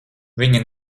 viņi